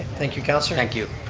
thank you, councilor. thank you.